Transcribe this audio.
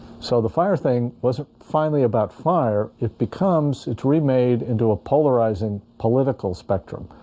so the fire thing was finally about fire, it becomes, it's remade into a polarizing political spectrum.